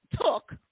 took